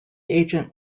agent